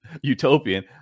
utopian